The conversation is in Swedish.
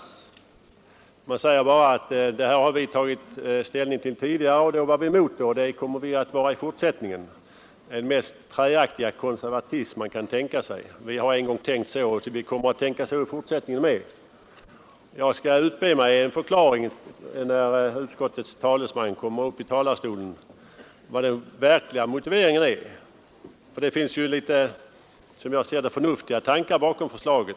Utskottet anför bara att det har tagit ställning till förslaget tidigare och då var emot det och kommer att vara det i fortsättningen också. Det är den mest träaktiga konservatism man kan tänka sig: vi har en gång tänkt på ett visst sätt och kommer att tänka så i fortsättningen också! Jag skall utbe mig en förklaring om den verkliga motiveringen när utskottets talesman kommer upp i talarstolen. Det finns, som jag ser det, förnuftiga tankar bakom förslag.